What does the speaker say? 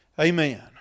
Amen